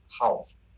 house